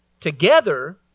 together